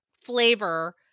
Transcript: flavor